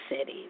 City